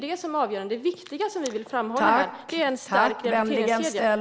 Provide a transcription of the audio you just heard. Det viktiga som vi vill framhålla är en stark rehabiliteringskedja.